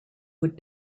would